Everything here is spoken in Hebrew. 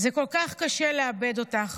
זה כל כך קשה לאבד אותך,